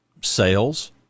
sales